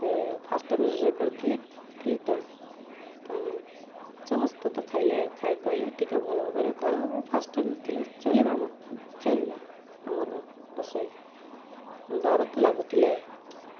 ସେ first time ରୋଷେଇ କରିଥିଲି ଥିଲି ତ ତ ସମସ୍ତ ତ ଖାଇଲେ ଖାଇ କହିଲେ ଟିକେ ଭଲ ଭାବରେ କର ଫାଷ୍ଟ୍ ଟାଇମ୍ ଥିଲେ ଚଳିବା ଆମ ଚଳିବା ଆମର ରୋଷେଇ ଡର ତ ଲାଗୁଥିଲେ